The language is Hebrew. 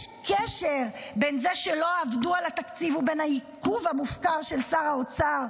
יש קשר בין זה שלא עבדו על התקציב ובין העיכוב המופקר של שר האוצר,